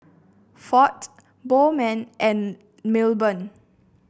Ford Bowman and Milburn